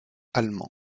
allemand